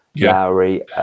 Lowry